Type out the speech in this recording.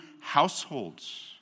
households